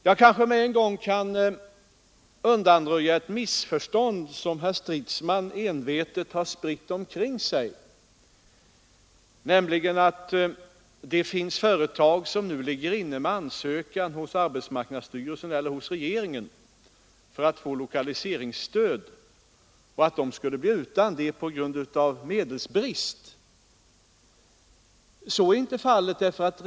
Jag kan med en gång undanröja ett missförstånd som herr Stridsman envetet har spritt omkring sig, nämligen att företag som nu ligger inne med ansökan hos AMS eller regeringen för att få lokaliseringsstöd skulle bli utan det på grund av medelsbrist. Så är inte fallet.